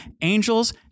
Angels